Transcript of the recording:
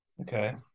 Okay